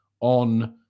on